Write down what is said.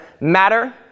matter